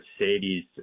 Mercedes